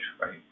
right